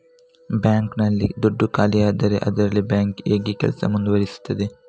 Bank ನಲ್ಲಿ ದುಡ್ಡು ಖಾಲಿಯಾದರೆ ಅದರಲ್ಲಿ ಬ್ಯಾಂಕ್ ಹೇಗೆ ಕೆಲಸ ಮುಂದುವರಿಸುತ್ತದೆ?